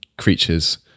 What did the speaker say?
creatures